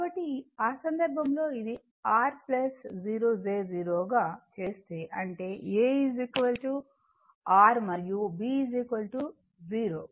కాబట్టి ఆ సందర్భంలో అది R 0 j 0 గా చేస్తే అంటే a R మరియు b 0